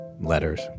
letters